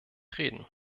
reden